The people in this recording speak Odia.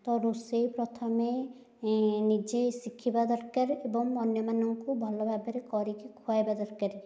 ତ ରୋଷେଇ ପ୍ରଥମେ ନିଜେ ଶିଖିବା ଦରକାର ଏବଂ ଅନ୍ୟମାନଙ୍କୁ ଭଲ ଭାବରେ କରିକି ଖୁଆଇବା ଦରକାର